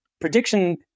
prediction